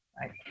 right